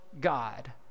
God